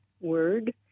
word